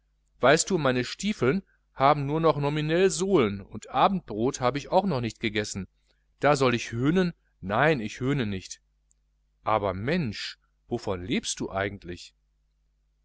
weißt du meine stiefeln haben nur noch nominell sohlen und abendbrot hab ich auch noch nicht gegessen da sollte ich höhnen nein ich höhne nicht aber mensch wovon lebst du eigentlich